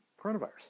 coronavirus